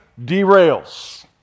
derails